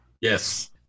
yes